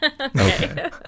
Okay